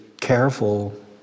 careful